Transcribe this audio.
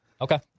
Okay